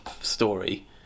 story